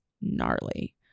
gnarly